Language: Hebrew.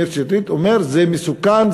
מאיר שטרית אומר: זה מסוכן,